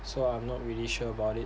so I'm not really sure about it